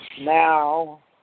now